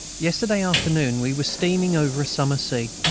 yesterday afternoon we were steaming over a summer sea,